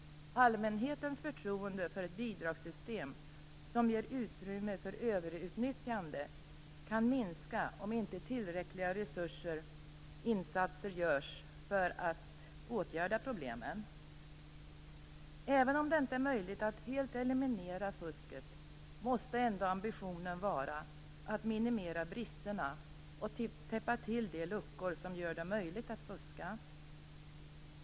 Allmänhetens förtroende för ett bidragssystem som ger utrymme för överutnyttjande kan minska om inte tillräckliga insatser görs för att åtgärda problemen. Även om det inte är möjligt att helt eliminera fusket, måste ändå ambitionen vara att minimera bristerna och täppa till de luckor som gör det möjligt att fuska.